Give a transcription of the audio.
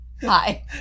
Hi